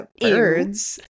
birds